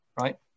right